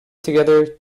together